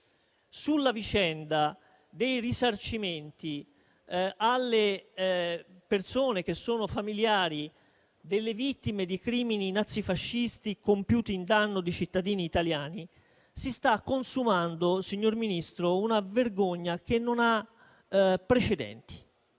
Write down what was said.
Sulla vicenda dei risarcimenti ai familiari delle vittime di crimini nazifascisti compiuti in danno di cittadini italiani si sta consumando, signor Ministro, una vergogna che non ha precedenti.